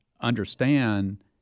understand